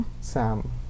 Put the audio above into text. Sam